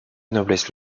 noblesse